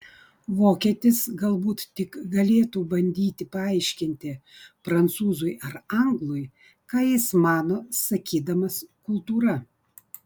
vokietis galbūt tik galėtų bandyti paaiškinti prancūzui ar anglui ką jis mano sakydamas kultūra